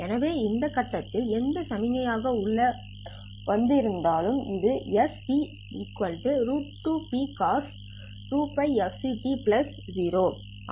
எனவே இந்த கட்டத்தில் எந்த சமிக்ஞை ஆக உள்ளே வந்து இருந்தாலும் இது st2Pcos2fct